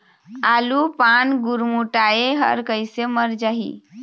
आलू पान गुरमुटाए हर कइसे मर जाही?